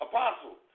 Apostle